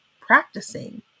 practicing